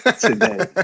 today